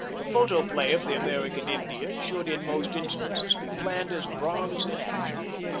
the photoplay of the american indian should in most instances be planned as bronze in action.